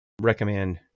recommend